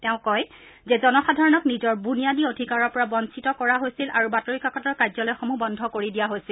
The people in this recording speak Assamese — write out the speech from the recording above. তেওঁ কয় যে জনসাধাৰণক নিজৰ বুনিয়াদী অধিকাৰৰ পৰা বঞ্চিত কৰা হৈছিল আৰু বাতৰি কাকতৰ কাৰ্য্যালয়সমূহ বন্ধ কৰি দিয়া হৈছিল